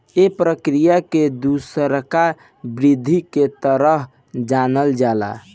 ए प्रक्रिया के दुसरका वृद्धि के तरह जानल जाला